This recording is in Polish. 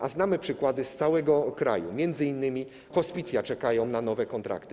A znamy przykłady z całego kraju, gdzie m.in. hospicja czekają na nowe kontrakty.